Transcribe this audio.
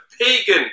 pagan